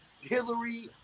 Hillary